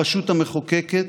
הרשות המחוקקת,